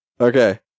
Okay